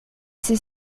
ces